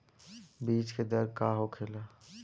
बीज के दर का होखेला?